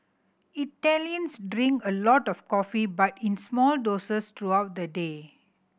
Italians drink a lot of coffee but in small doses throughout the day